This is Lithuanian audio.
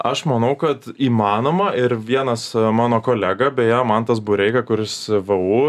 aš manau kad įmanoma ir vienas mano kolega beje mantas bureika kuris vu